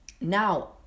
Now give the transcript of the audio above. Now